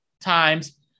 times